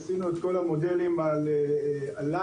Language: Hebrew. עשינו את כל המודלים על לייב,